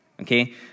okay